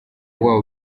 waba